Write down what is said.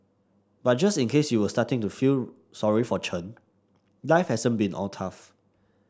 but just in case you were starting to feel sorry for Chen life hasn't been all tough